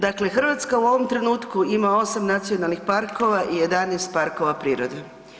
Dakle, Hrvatska u ovom trenutku ima 8 nacionalnih parkova i 11 parkova prirode.